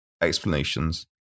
explanations